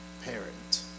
parent